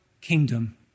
kingdom